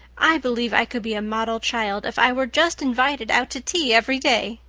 i believe i could be a model child if i were just invited out to tea every day.